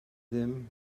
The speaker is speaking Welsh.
ddim